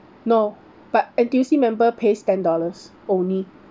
no but N_T_U_C member pays ten dollars only